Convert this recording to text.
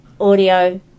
audio